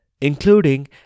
including